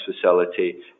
facility